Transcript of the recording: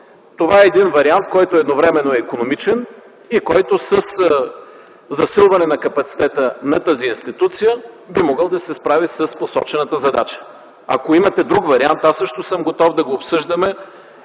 това е един вариант, който едновременно е икономичен и който със засилване на капацитета на тази институция би могъл да се справи с посочената задача. Ако имате друг вариант, аз също съм готов да го обсъждаме